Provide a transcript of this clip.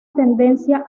tendencia